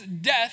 death